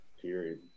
period